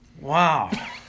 Wow